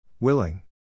Willing